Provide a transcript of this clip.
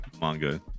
Manga